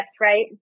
right